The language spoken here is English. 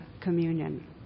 communion